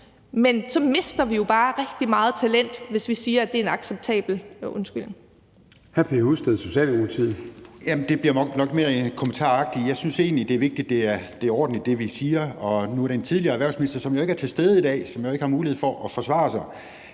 men så mister vi jo bare rigtig meget talent, altså hvis vi siger, at det er acceptabelt. Kl.